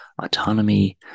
autonomy